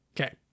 Okay